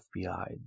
FBI